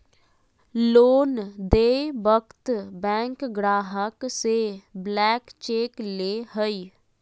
loan देय वक्त bank ग्राहक से ब्लैंक चेक ले हइ